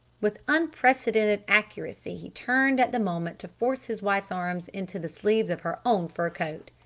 with unprecedented accuracy he turned at the moment to force his wife's arms into the sleeves of her own fur coat.